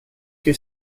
que